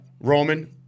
Roman